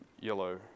yellow